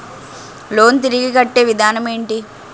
Loan తిరిగి కట్టే విధానం ఎంటి?